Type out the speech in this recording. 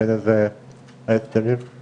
בין אם זה ההיתרים הבילטרליים,